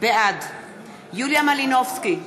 בעד יוליה מלינובסקי,